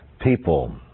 people